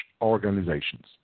organizations